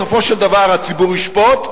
בסופו של דבר הציבור ישפוט,